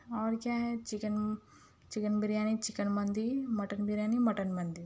اور کیا ہے chicken chicken biryani chicken mandi mutton biryani mutton مندی